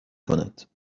کند